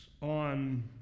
on